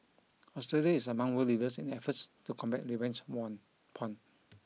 Australia is among world leaders in efforts to combat revenge morn porn